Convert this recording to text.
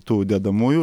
tų dedamųjų